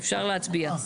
אפשר להצביע.